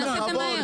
נעשה את זה מהר.